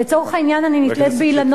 לצורך העניין אני נתלית באילנות,